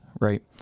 right